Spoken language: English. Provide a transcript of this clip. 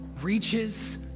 reaches